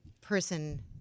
person